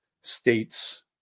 states